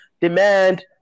Demand